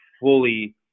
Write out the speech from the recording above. fully